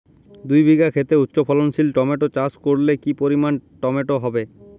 দুই বিঘা খেতে উচ্চফলনশীল টমেটো চাষ করলে কি পরিমাণ টমেটো হবে?